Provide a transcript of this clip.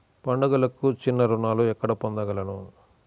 పండుగలకు చిన్న రుణాలు ఎక్కడ పొందగలను?